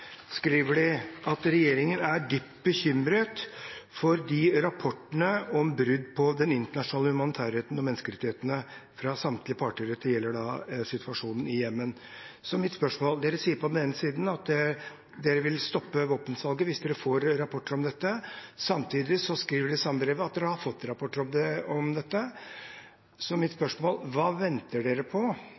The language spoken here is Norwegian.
skriver hun at regjeringen er bekymret for og «ser med stort alvor på rapportene om brudd på den internasjonale humanitærretten og menneskerettigheter fra samtlige parter». Dette gjelder situasjonen i Jemen. Mitt spørsmål er: Regjeringen sier på den ene siden at de vil stoppe våpensalget dersom de får rapporter om dette, samtidig skriver de i det samme brevet at de har fått rapporter om det. Hva venter regjeringen på,